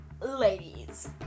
Ladies